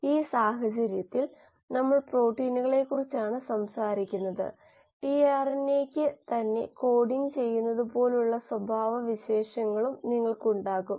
അപ്പോൾ അവക്ക് നന്നായി വളരാനും നമ്മൾക്ക് താൽപ്പര്യമുള്ള ഉൽപ്പന്നം ഉൽപാദിപ്പിക്കാനും കഴിയും